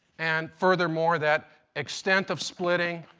and furthermore that extent of splitting,